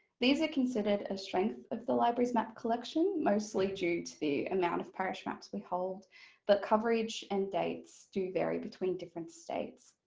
these are considered a strength of the library's map collection mostly due to the amount of parish maps we hold but coverage and dates do vary between different states.